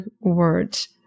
words